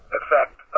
effect